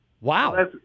Wow